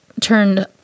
turned